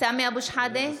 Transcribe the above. סמי אבו שחאדה,